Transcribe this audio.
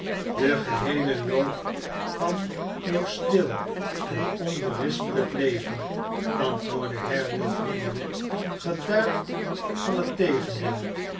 de geheele loop van uw stil en onberispelijk leven antwoordde haredale vriendelijk getuigt van het tegendeel